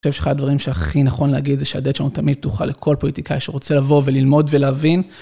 אני חושב שאחד הדברים שהכי נכון להגיד, זה שהדלת שלנו תמיד פתוחה לכל פוליטיקאי שרוצה לבוא וללמוד ולהבין.